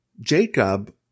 Jacob